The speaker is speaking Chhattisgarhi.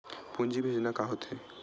पूंजी भेजना का होथे?